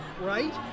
Right